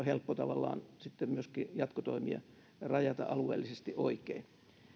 helppo tavallaan sitten myöskin jatkotoimia rajata alueellisesti oikein